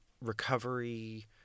recovery